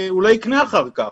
יקנה אחר כך.